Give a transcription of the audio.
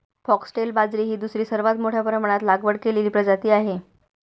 foxtail बाजरी ही दुसरी सर्वात मोठ्या प्रमाणात लागवड केलेली प्रजाती आहे